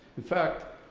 in fact,